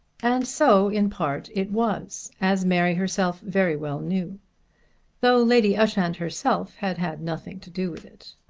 and so in part it was as mary herself very well knew though lady ushant herself had had nothing to do with it.